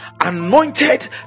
anointed